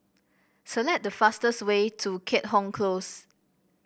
select the fastest way to Keat Hong Close